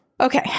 Okay